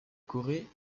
corée